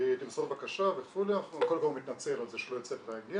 תמסור בקשה --- קודם כל מתנצל על זה שהוא לא הצליח להגיע,